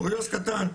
קוריוז קטן,